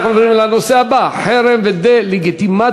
אנחנו עוברים לנושא הבא: חרם ודה-לגיטימציה